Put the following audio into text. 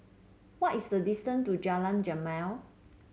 what is the distance to Jalan Jamal